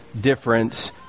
difference